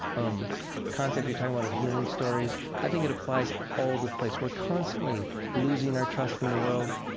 um the concept you're talking about of healing stories, i think it applies all over the place. we're constantly losing our trust in the world.